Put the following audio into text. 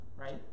right